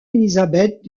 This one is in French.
élisabeth